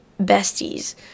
besties